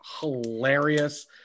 hilarious